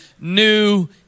new